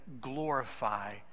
glorify